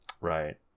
Right